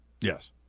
Yes